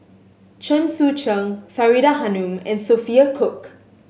Chen Sucheng Faridah Hanum and Sophia Cooke